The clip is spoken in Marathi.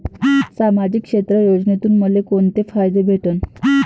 सामाजिक क्षेत्र योजनेतून मले कोंते फायदे भेटन?